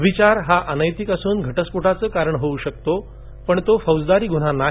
व्यभिचार हा अनैतिक असून घटस्फोटाचं कारण होऊ शकतं पण तो फौजदारी गुन्हा नाही